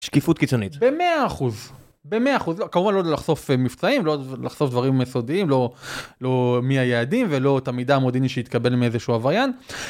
שקיפות קיצונית. ב-100 אחוז, ב-100 אחוז, כמובן לא לחשוף מבצעים, לא לחשוף דברים סודיים, לא מי היעדים ולא את המידע המודיעיני שהתקבל מאיזשהו עבריין.